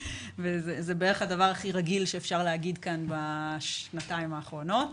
וזה בערך הדבר הכי רגיל שאפשר להגיד כאן בשנתיים האחרונות.